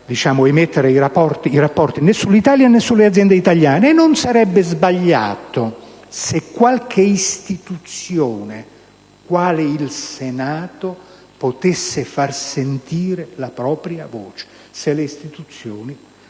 emettere rapporti né sull'Italia, né sulle aziende italiane. Non sarebbe sbagliato se istituzioni come il Senato potessero far sentire la propria voce, se le istituzioni